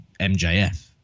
MJF